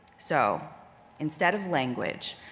so instead of language,